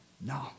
No